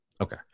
Okay